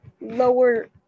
lower